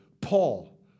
Paul